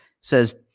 Says